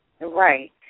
Right